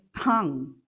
tongue